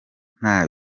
nta